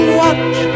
watch